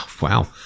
Wow